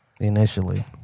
initially-